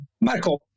Marco